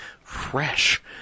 fresh